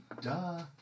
Duh